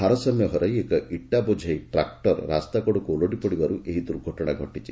ଭାରସାମ୍ୟ ହରାଇ ଏକ ଇଟା ବୋଝେଇ ଟ୍ରାକଟର ରାସ୍ତାକଡ଼କୁ ଓଲଟି ପଡିବାରୁ ଏହି ଦୁର୍ଘଟଣା ଘଟିଛି